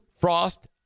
Frost